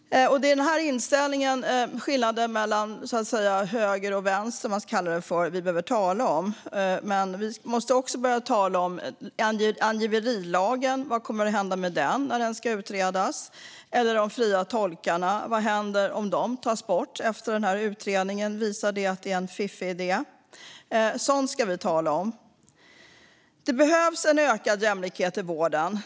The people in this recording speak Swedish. Det är inställningen och skillnaden mellan höger och vänster, eller vad man ska kalla det för, som vi behöver tala om. Men vi måste också börja tala om angiverilagen. Vad kommer att hända med den när den ska utredas? Eller vad händer med de fria tolkarna? Vad händer om de tas bort - om den här utredningen visar att det är en fiffig idé? Sådant ska vi tala om. Det behövs en ökad jämlikhet i vården.